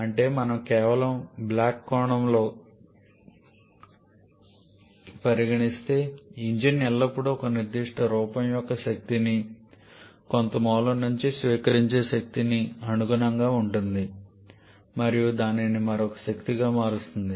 అంటే మనం కేవలం బ్లాక్ కోణంలోపరిగణిస్తే ఇంజిన్ ఎల్లప్పుడూ ఒక నిర్దిష్ట రూపం యొక్క శక్తిని కొంత మూలం నుండి స్వీకరించే శక్తికి అనుగుణంగా ఉంటుంది మరియు దానిని మరొక శక్తిగా మారుస్తుంది